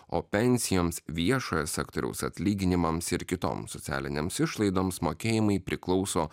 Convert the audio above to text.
o pensijoms viešojo sektoriaus atlyginimams ir kitoms socialinėms išlaidoms mokėjimai priklauso